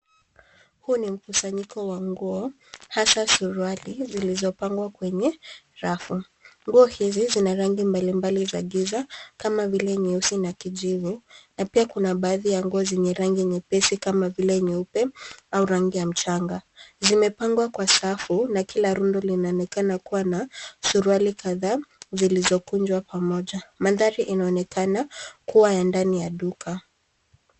Huu ni mkusanyiko wa nguo hasa suruali zilizopangwa kwenye rafu. Nguo hizi zina rangi mbalimbali za giza kama vile nyeusi na kijivu na pia kuna baadhi za nguo zenye rangi nyepesi kama vile nyeupe au rangi ya mchanga. Zimepangwa kwa safu na kila rundo linaonekana kuwa na suruali kadhaa zilizokunjwa pamoja. Mandhari inaonekana kuwa ya ndani ya duka.